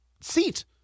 seat